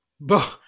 Bo